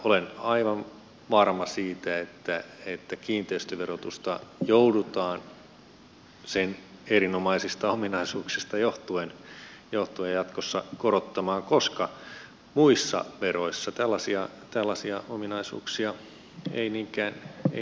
olen aivan varma siitä että kiinteistöverotusta joudutaan sen erinomaisista ominaisuuksista johtuen jatkossa korottamaan koska muista veroista tällaisia ominaisuuksia ei niinkään löydy